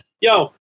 Yo